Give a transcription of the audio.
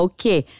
Okay